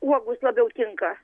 uogos labiau tinka